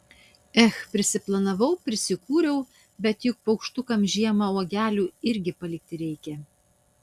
ech prisiplanavau prisikūriau bet juk paukštukams žiemą uogelių irgi palikti reikia